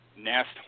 nest